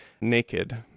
naked